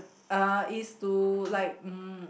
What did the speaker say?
uh it's to like um